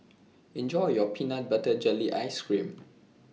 Enjoy your Peanut Butter Jelly Ice Cream